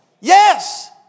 Yes